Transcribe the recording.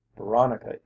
Veronica